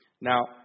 Now